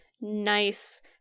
nice